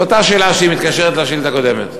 זו אותה שאלה, שמתקשרת לשאילתה הקודמת.